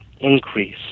increase